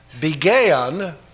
began